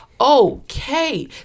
okay